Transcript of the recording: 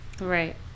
Right